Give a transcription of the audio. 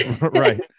Right